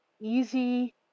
easy